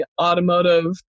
automotive